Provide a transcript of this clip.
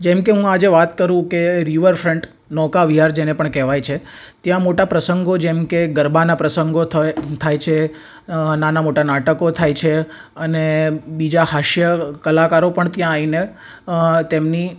જેમકે હું આજે વાત કરું કે રિવર ફ્રંટ નૌકા વિહાર જેને પણ કહેવાય છે ત્યાં મોટા પ્રસંગો જેમ કે ગરબાના પ્રસંગો થ થાય છે નાના મોટા નાટકો થાય છે અને બીજા હાસ્ય કલાકારો પણ ત્યાં આવીને તેમની